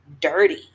dirty